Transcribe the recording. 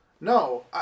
No